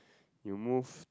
you move